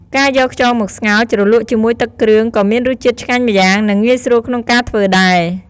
ការយកខ្យងមកស្ងោរ ជ្រលក់ជាមួយទឹកគ្រឿង ក៏មានរសជាតិឆ្ងាញ់ម្យ៉ាង និងងាយស្រួលក្នុងការធ្វើដែរ។